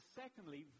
secondly